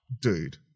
dude